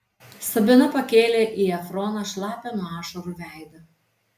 sabina pakėlė į efroną šlapią nuo ašarų veidą